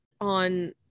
on